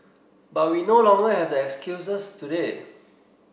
but we no longer have that excuses today